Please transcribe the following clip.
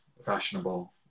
fashionable